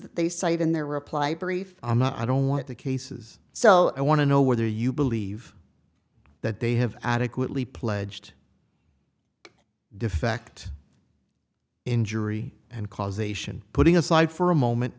that they cite in their reply brief i'm not i don't want the cases so i want to know whether you believe that they have adequately pledged defect injury and causation putting aside for a moment